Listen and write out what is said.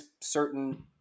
certain